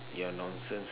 your nonsense